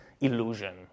illusion